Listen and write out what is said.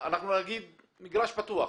מגרש פתוח.